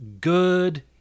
good